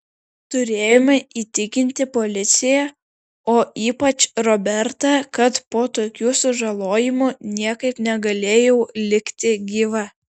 turėjome įtikinti policiją o ypač robertą kad po tokių sužalojimų niekaip negalėjau likti gyva